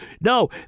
no